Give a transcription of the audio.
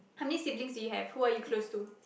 how many siblings do you have who are you close to